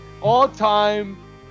All-time